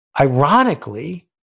ironically